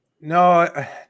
No